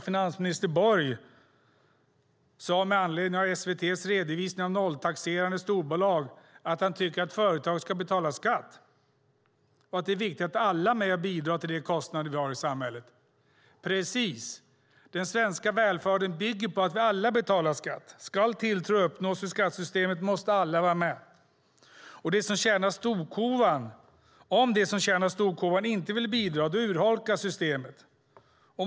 Finansminister Borg sade med anledning av SVT:s redovisning av nolltaxerande storbolag att han tycker att företag ska betala skatt och att det är viktigt att alla är med och bidrar till de kostnader vi har i samhället. Den svenska välfärden bygger på att vi alla betalar skatt. Ska tilltro uppnås för skattesystemet måste alla vara med. Om de som tjänar storkovan inte vill bidra urholkas systemet.